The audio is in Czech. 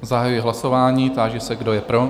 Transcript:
Zahajuji hlasování, táži se, kdo je pro?